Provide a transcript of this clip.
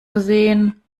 gesehen